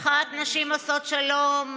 מחאת נשים עושות שלום,